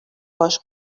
باش